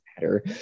matter